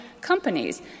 companies